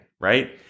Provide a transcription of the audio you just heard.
right